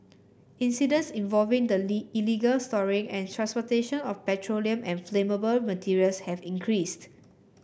incidents involving the illegal storing and transportation of petroleum and flammable materials have increased